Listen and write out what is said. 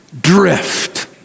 drift